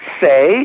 say